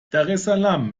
daressalam